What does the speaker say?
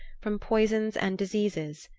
from poisons and diseases.